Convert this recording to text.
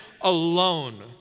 alone